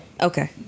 Okay